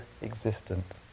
existence